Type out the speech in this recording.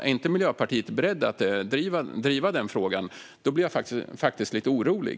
Är inte Miljöpartiet berett att driva denna fråga blir jag faktiskt lite orolig.